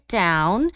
down